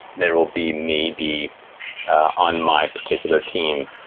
there will be, maybe, on my particular team,